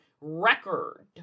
record